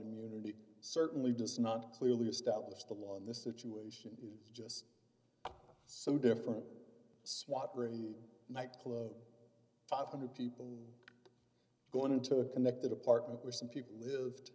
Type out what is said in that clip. immunity certainly does not clearly establish the law in this situation is just so different swat raid night club five hundred people going into a connected apartment where some people lived